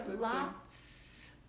lots